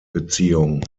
beziehung